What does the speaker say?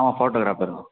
ஆ photographer தான்